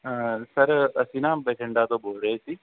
sir ਅਸੀਂ ਨਾ ਬਠਿੰਡਾ ਤੋਂ ਬੋਲ ਰਹੇ ਸੀ